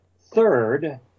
third